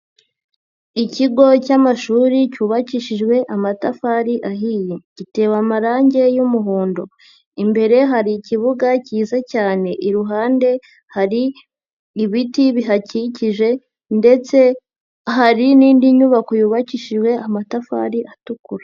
Ikigo cy'amashuri cyubakishijwe amatafari ahiye, gitewe amarange y'umuhondo, imbere hari ikibuga cyiza cyane, iruhande hari ibiti bihakikije ndetse hari n'indi nyubako yubakishijwe amatafari atukura.